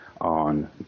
on